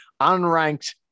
unranked